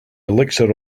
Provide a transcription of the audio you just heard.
elixir